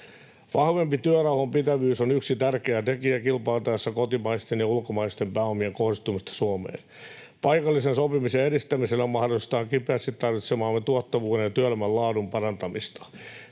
Vahvempi työrauhan pitävyys on yksi tärkeä tekijä kilpailtaessa kotimaisten ja ulkomaisten pääomien kohdistumisesta Suomeen. Paikallisen sopimisen edistämisellä mahdollistetaan kipeästi tarvitsemaamme tuottavuuden ja työelämän laadun parantamista.